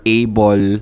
able